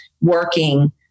working